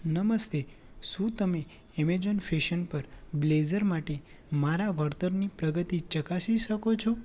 નમસ્તે શું તમે એમેઝોન ફેશન પર બ્લેઝર માટે મારા વળતરની પ્રગતિ ચકાસી શકો છો